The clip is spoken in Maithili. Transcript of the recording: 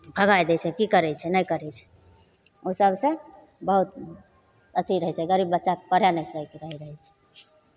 भगा दै छै कि करै छै नहि करै छै ओ सभसँ बहुत अथी रहै छै गरीब बच्चाकेँ पढ़ाय नहि सकि रहि रहै छै